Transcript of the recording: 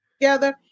together